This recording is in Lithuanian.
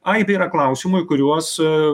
aibė yra klausimų į kuriuos a